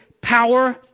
power